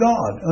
God